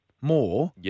more